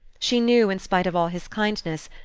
she knew, in spite of all his kindness,